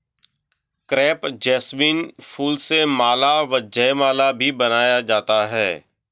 crepe jasmine फूल से माला व जयमाला भी बनाया जाता है